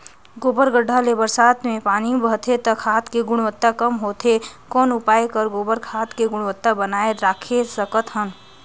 गोबर गढ्ढा ले बरसात मे पानी बहथे त खाद के गुणवत्ता कम होथे कौन उपाय कर गोबर खाद के गुणवत्ता बनाय राखे सकत हन?